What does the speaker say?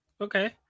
Okay